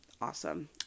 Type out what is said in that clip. awesome